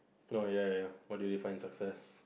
no ya ya what do you define success